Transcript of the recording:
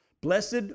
Blessed